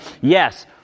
yes